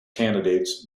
candidates